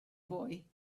boy